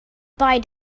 buy